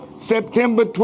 September